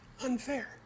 unfair